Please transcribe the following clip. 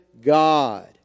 God